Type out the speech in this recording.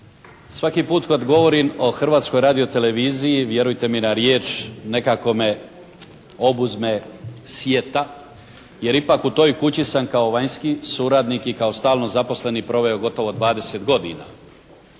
Svaki put kad govorim o Hrvatskoj radioteleviziji, vjerujte mi na riječ, nekako me obuzme sjeta jer ipak u toj kući sam kao vanjski suradnik i kao stalno zaposleni proveo gotovo 20 godina.